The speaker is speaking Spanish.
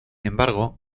embargo